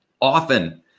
often